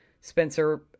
Spencer